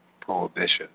prohibition